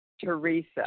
Teresa